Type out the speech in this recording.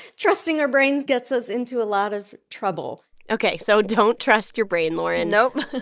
trusting our brains gets us into a lot of trouble ok. so don't trust your brain, lauren nope,